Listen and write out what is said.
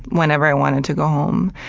whenever i wanted to go home.